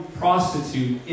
prostitute